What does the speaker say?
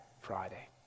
Friday